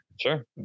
sure